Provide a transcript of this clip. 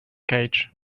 cage